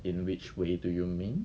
in which way do you mean